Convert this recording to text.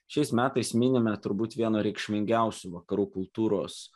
šiais metais minime turbūt vieno reikšmingiausių vakarų kultūros